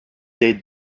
des